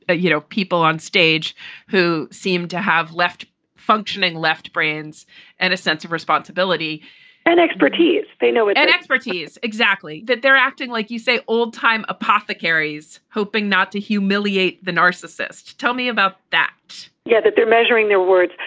ah you know, people on stage who seem to have left functioning left brains and a sense of responsibility and expertise. they know what and expertise exactly that they're acting like. you say old time apothecaries hoping not to humiliate the narcissists. tell me about that yeah, that they're measuring their words.